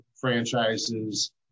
franchises